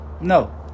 No